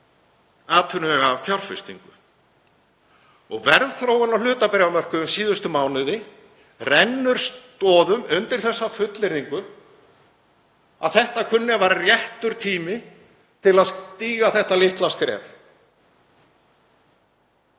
atvinnuvegafjárfestingu. Verðþróun á hlutabréfamörkuðum síðustu mánuði rennir stoðum undir þá fullyrðingu að þetta kunni að vera réttur tími til að stíga þetta litla skref.